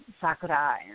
Sakura